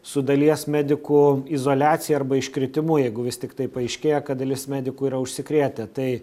su dalies medikų izoliacija arba iškritimu jeigu vis tiktai paaiškėja kad dalis medikų yra užsikrėtę tai